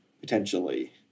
potentially